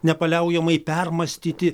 nepaliaujamai permąstyti